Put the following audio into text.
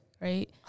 right